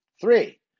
Three